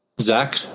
Zach